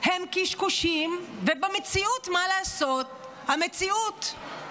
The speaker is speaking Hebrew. הם קשקושים, ובמציאות, מה לעשות, המציאות.